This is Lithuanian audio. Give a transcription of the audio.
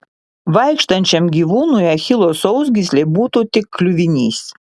vaikštančiam gyvūnui achilo sausgyslė būtų tik kliuvinys